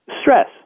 Stress